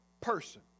person